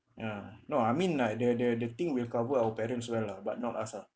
ya no I mean like the the the thing will cover our parents well lah but not us ah